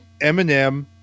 Eminem